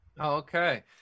Okay